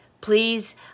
please